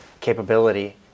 capability